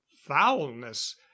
foulness